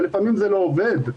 ולפעמים זה לא עובד.